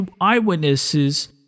eyewitnesses